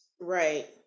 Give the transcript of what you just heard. Right